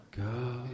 God